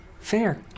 Fair